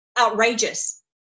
Outrageous